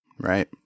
Right